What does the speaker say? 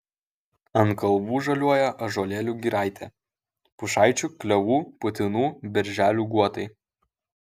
ant kalvų žaliuoja ąžuolėlių giraitė pušaičių klevų putinų berželių guotai